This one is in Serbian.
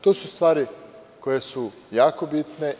To su stvari koje su jako bitne.